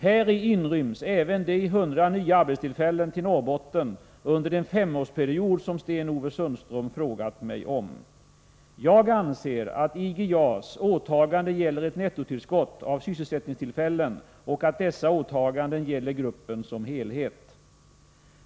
Häri inryms även de 100 nya arbetstillfällena till Norrbotten under en femårsperiod som Sten-Ove Sundström frågat mig om. Jag anser att IG JAS åtaganden gäller ett nettotillskott av sysselsättningstillfällen och att dessa åtaganden gäller gruppen som helhet.